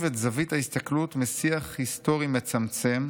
את זווית ההסתכלות משיח היסטורי מצמצם,